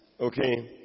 Okay